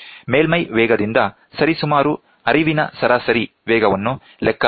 ಮೇಲ್ಮೈ ವೇಗದಿಂದ ಸರಿಸುಮಾರು ಹರಿವಿನ ಸರಾಸರಿ ವೇಗವನ್ನು ಲೆಕ್ಕ ಹಾಕಬಹುದು